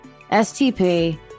STP